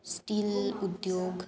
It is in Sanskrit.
स्टील् उद्योगः